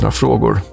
frågor